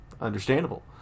Understandable